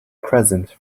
present